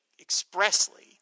expressly